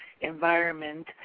environment